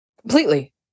Completely